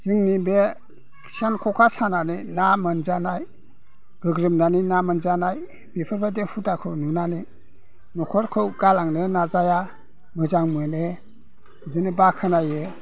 जोंनि बे सेन खखा सानानै ना मोनजानाय गोग्रोमनानै ना मोनजानाय बेफोरबायदि हुदाखौ नुनानै न'खरखौ गालांनो नाजाया मोजां मोनो बिदिनो बाखनायो